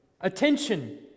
attention